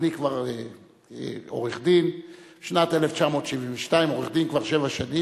אני כבר עורך-דין שבע שנים,